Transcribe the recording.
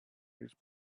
his